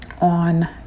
on